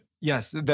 Yes